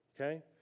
okay